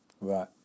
Right